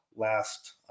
last